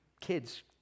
kids